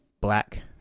black